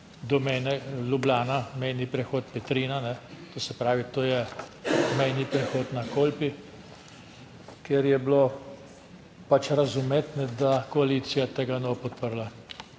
Ljubljana mejni prehod Petrina, to se pravi to je mejni prehod na Kolpi, kjer je bilo pač razumeti, da koalicija tega ne bo podprla.